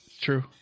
True